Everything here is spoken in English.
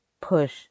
push